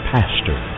Pastor